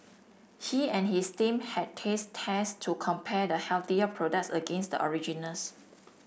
he and his team had taste tests to compare the healthier products against the originals